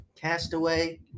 Castaway